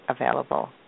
available